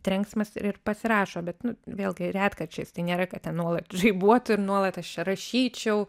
trenksmas ir pasirašo bet vėlgi retkarčiais tai nėra kad ten nuolat žaibuotų ir nuolat aš čia rašyčiau